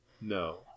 No